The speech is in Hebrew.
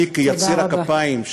אני, כיציר הכפיים, תודה רבה.